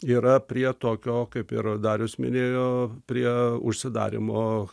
yra prie tokio kaip ir darius minėjo prie užsidarymo